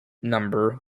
number